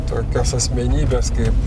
tokios asmenybės kaip